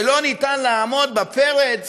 שאי-אפשר לעמוד בפרץ